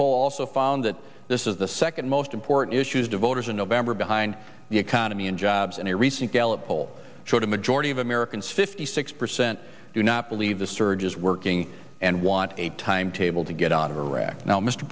poll also found that this is the second most important issues to voters in november behind the economy and jobs and a recent gallup poll showed a majority of americans fifty six percent do not believe the surge is working and want a timetable to get out of iraq now mr